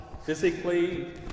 physically